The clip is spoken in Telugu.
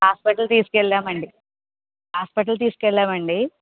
హాస్పిటల్కి తీసుకెళ్లామండీ హాస్పిటల్ కి తీసుకెళ్లామండీ